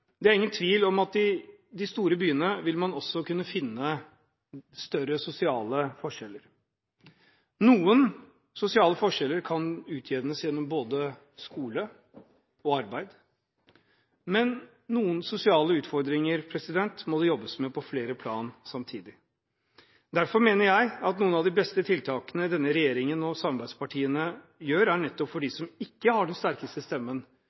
Det er ingen tvil om at i de store byene vil man også kunne finne større sosiale forskjeller. Noen sosiale forskjeller kan utjevnes gjennom både skole og arbeid, men noen sosiale utfordringer må det jobbes med på flere plan samtidig. Derfor mener jeg at noen av de beste tiltakene denne regjeringen og samarbeidspartiene gjør, er nettopp for dem som ikke har den sterkeste stemmen,